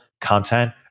content